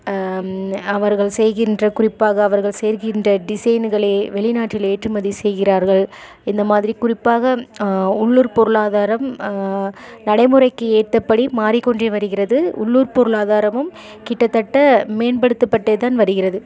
அவர்கள் செய்கின்ற குறிப்பாக அவர்கள் செய்கின்ற டிசைன்களை வெளிநாட்டில் ஏற்றுமதி செய்கிறார்கள் இந்த மாதிரி குறிப்பாக உள்ளூர் பொருளாதாரம் நடைமுறைக்கு ஏற்ற படி மாறிக்கொண்டே வருகிறது உள்ளூர் பொருளாதாரமும் கிட்டத்தட்ட மேம்படுத்தப்பட்டே தான் வருகிறது